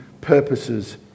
purposes